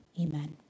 Amen